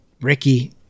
Ricky